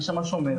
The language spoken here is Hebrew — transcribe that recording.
שתהיה שם שומר.